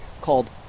called